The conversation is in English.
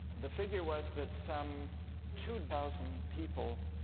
the figure was that some two thousand people